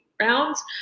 Rounds